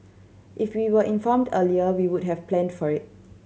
if we were informed earlier we would have planned for it